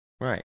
Right